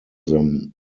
them